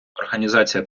організація